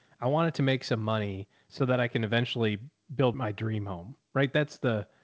i wanted to make some money so that i can eventually build my dream home. right. that's the,